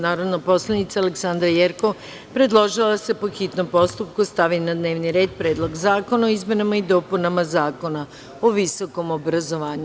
Narodna poslanica Aleksandra Jerkov predložila je da se, po hitnom postupku, stavi na dnevni red Predlog zakona o izmenama i dopunama Zakona o visokom obrazovanju.